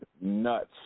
nuts